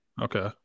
okay